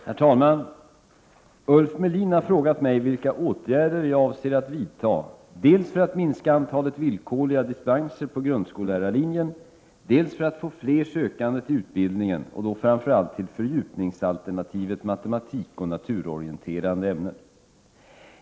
Herr talman! Ulf Melin har frågat mig vilka åtgärder jag avser att vidta dels för att minska antalet villkorliga dispenser på grundskollärarlinjen, dels för att få fler sökande till utbildningen och då framför allt till fördjupningsalternativet matematik och naturorienterande ämnen.